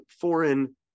foreign